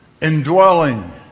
Indwelling